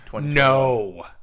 No